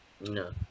No